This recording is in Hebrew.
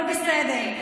אבל בסדר.